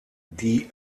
die